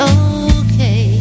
okay